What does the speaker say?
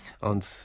Und